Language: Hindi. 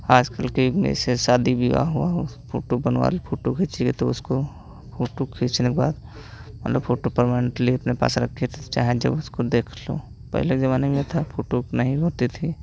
आजकल के जैसे शादी विवाह हुआ उस फ़ोटो बनवा ले फ़ोटो खींचकर तो उसको फ़ोटो खींचने के बाद माने फ़ोटो परमानेन्ट ले अपने पास रखे तो चाहे जो उसको देख लो पहले ज़माने में था फ़ोटो तो नहीं होती थी